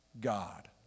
God